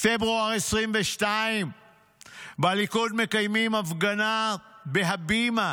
פברואר 2022. בליכוד מקיימים הפגנה בהבימה